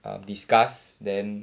uh discuss then